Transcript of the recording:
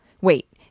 wait